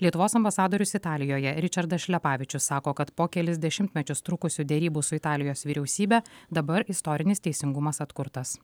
lietuvos ambasadorius italijoje ričardas šlepavičius sako kad po kelis dešimtmečius trukusių derybų su italijos vyriausybe dabar istorinis teisingumas atkurtas